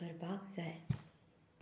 करपाक जाय